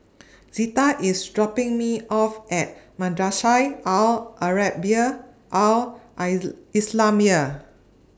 Zetta IS dropping Me off At Madrasah Al Arabiah Al I Islamiah